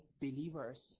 believers